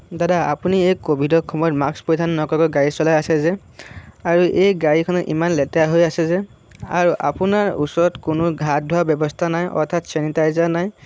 দাদা আপুনি এই ক'ভিডৰ সময়ত মাস্ক পৰিধান নকৰাকৈ গাড়ী চলাই আছে যে আৰু এই গাড়ীখনত ইমান লেতেৰা হৈ আছে যে আৰু আপোনাৰ ওচৰত কোনো হাত ধোৱা ব্যৱস্থা নাই অৰ্থাৎ চেনিটাইজাৰ নাই